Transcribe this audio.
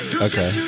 Okay